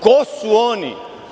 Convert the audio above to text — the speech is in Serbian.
Ko su oni?